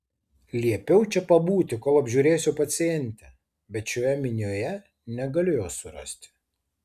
liepiau čia pabūti kol apžiūrėsiu pacientę bet šioje minioje negaliu jos surasti